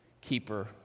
keeper